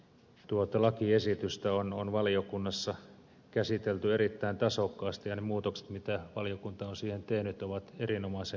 tuota lakiesitystä on valiokunnassa käsitelty erittäin tasokkaasti ja ne muutokset mitä valiokunta on siihen tehnyt ovat erinomaisen hyviä